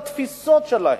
הוא בתפיסות שלהם,